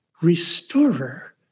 restorer